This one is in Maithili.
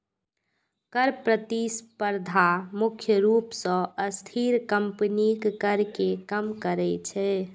कर प्रतिस्पर्धा मुख्य रूप सं अस्थिर कंपनीक कर कें कम करै छै